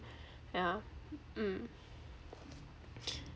yeah mm